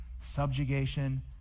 subjugation